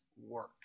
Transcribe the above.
work